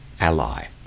ally